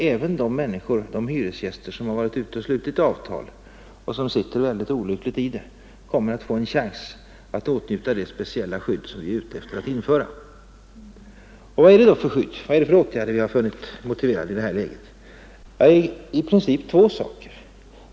Även de hyresgäster som har slutit avtal och nu sitter olyckligt till kommer då att få en chans att åtnjuta det speciella skydd som vi är ute efter att införa. Vad är det då för skydd som vi i det här läget funnit motiverat? Ja, det gäller i princip två saker.